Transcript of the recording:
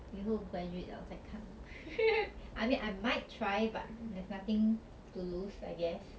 以后 graduate liao 在看 I mean I might try but there's nothing to lose I guess